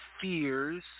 Fears